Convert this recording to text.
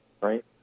right